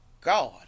God